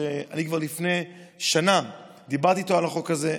כבר לפני שנה דיברתי איתו על החוק הזה.